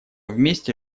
вместе